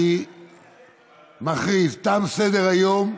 אני מכריז: תם סדר-היום.